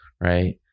right